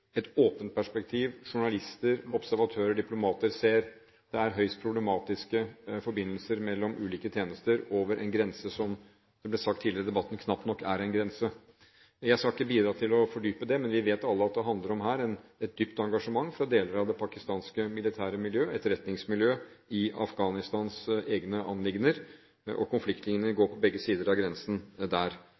et etterretningsperspektiv, et åpent perspektiv – journalister, observatører, diplomater – ser at er høyst problematiske forbindelser mellom ulike tjenester over en grense, som, som det ble sagt tidligere i debatten, knapt nok er en grense. Jeg skal ikke bidra til å fordype det, men vi vet alle at dette handler om et dypt engasjement fra deler av det pakistanske militære miljøet, etterretningsmiljøet i Afghanistans egne anliggender, og konfliktlinjene går på begge sider av grensen der.